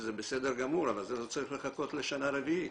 שזה בסדר גמור, אבל לא צריך לחכות לשנה רביעית.